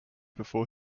before